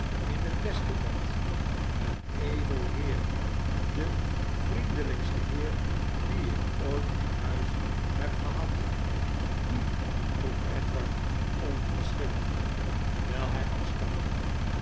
in het beste bed een edel heer de vriendelijkste heer dien ik ooit in huis heb gehad wie vroeg barnaby rudge de heer chester aan zijn ontbijt edward onverschillig terwijl hij afstapte